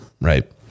Right